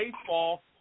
baseball